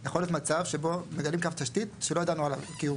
יכול להיות מצב שבו מגלים קו תשתית שלא ידענו על קיומו?